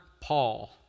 Paul